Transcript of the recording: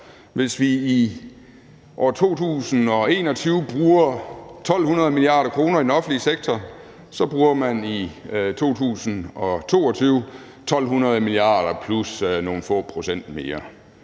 Hvis vi i år 2021 bruger 1.200 mia. kr. i den offentlige sektor, så bruger man i 2022 1.200 mia. kr. plus nogle få procent mere.